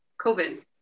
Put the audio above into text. COVID